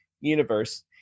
universe